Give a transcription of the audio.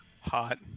Hot